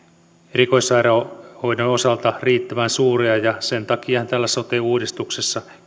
erikoissairaanhoidon osalta riittävän suuria ja sen takiahan täällä sote uudistuksessa